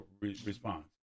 response